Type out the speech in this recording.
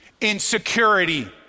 Insecurity